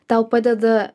tau padeda